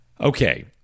Okay